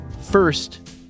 first